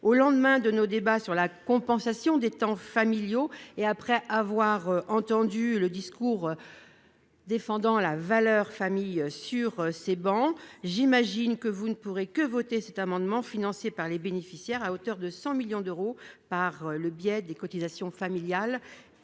Au lendemain de nos débats sur la compensation des temps familiaux, et après avoir entendu le discours défendant la valeur famille sur ces travées, j'imagine que vous ne pourrez que voter cet amendement, dont le financement est assuré par les bénéficiaires, à hauteur de 100 millions d'euros, par le biais des cotisations familiales,